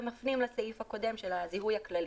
אלא מפנים לסעיף הקודם של הזיהוי הכללי.